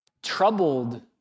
Troubled